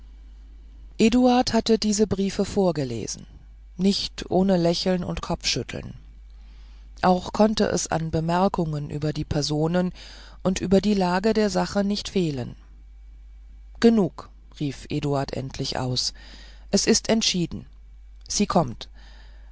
eduard hatte diese briefe vorgelesen nicht ohne lächeln und kopfschütteln auch konnte es an bemerkungen über die personen und über die lage der sache nicht fehlen genug rief eduard endlich aus es ist entschieden sie kommt